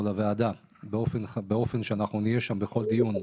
לוועדה באופן שאנחנו נהיה שם בכל דיון,